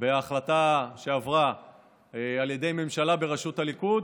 בהחלטה שעברה על ידי ממשלה בראשות הליכוד,